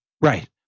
Right